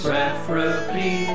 Preferably